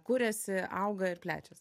kuriasi auga ir plečias